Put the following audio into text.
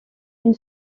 une